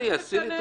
מה זה משנה.